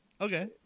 Okay